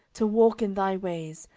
to walk in thy ways,